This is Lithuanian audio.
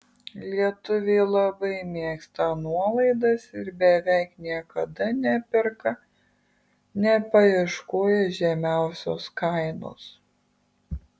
lietuviai labai mėgsta nuolaidas ir beveik niekada neperka nepaieškoję žemiausios kainos